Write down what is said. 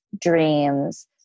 dreams